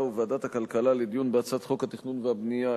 וועדת הכלכלה לדיון בהצעת חוק התכנון והבנייה,